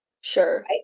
Sure